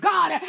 God